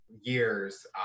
years